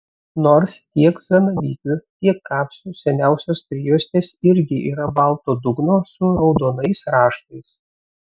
nors tiek zanavykių tiek kapsių seniausios prijuostės irgi yra balto dugno su raudonais raštais